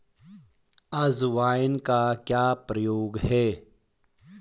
अजवाइन का क्या प्रयोग है?